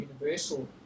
universal